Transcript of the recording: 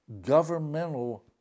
governmental